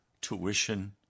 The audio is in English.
tuition